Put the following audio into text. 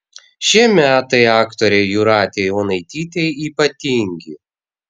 šie metai aktorei jūratei onaitytei ypatingi